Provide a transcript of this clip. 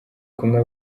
kumwe